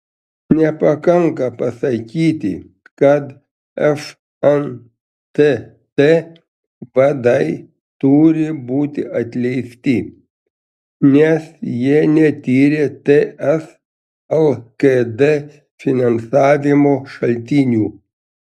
nepakanka pasakyti kad fntt vadai turi būti atleisti nes jie netyrė ts lkd finansavimo šaltinių